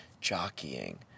jockeying